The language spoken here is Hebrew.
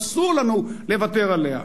אסור לנו לוותר עליה.